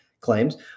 claims